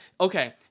Okay